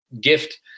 gift